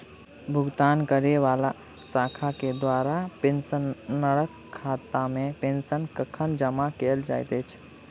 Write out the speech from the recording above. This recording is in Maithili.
भुगतान करै वला शाखा केँ द्वारा पेंशनरक खातामे पेंशन कखन जमा कैल जाइत अछि